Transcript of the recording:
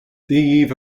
dhaoibh